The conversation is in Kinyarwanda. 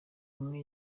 umwe